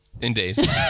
Indeed